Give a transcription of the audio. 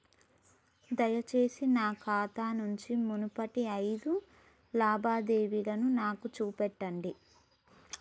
దయచేసి నా ఖాతా నుంచి మునుపటి ఐదు లావాదేవీలను నాకు చూపెట్టండి